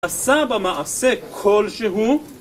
עשה במעשה כלשהו